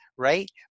right